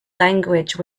language